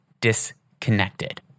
disconnected